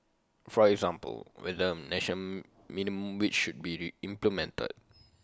for example whether A national minimum wage should be implemented